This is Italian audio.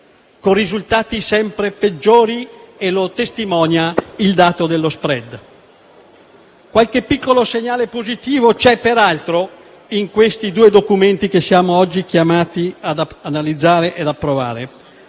con risultati sempre peggiori: lo testimonia il dato dello *spread*. Qualche piccolo segnale positivo c'è, peraltro, in questi due documenti che siamo oggi chiamati ad analizzare e approvare: